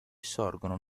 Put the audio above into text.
sorgono